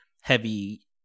heavy